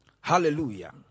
Hallelujah